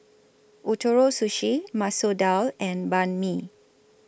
Ootoro Sushi Masoor Dal and Banh MI